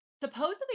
supposedly